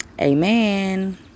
Amen